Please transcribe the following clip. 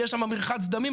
יהיה שם מרחץ דמים,